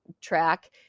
track